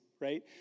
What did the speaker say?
right